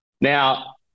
now